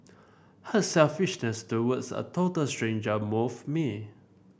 her selflessness towards a total stranger moved me